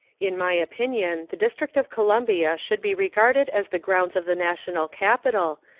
in my opinion the district of columbia should be regarded as the grounds of the national capital,